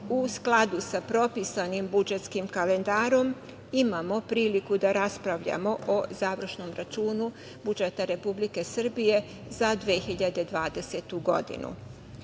u skladu sa propisanim budžetskim kalendarom imamo priliku da raspravljamo o završnom računu budžeta Republike Srbije za 2020.